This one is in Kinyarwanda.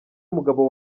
mugabo